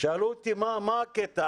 שאלו אותי, מה הקטע?